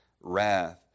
wrath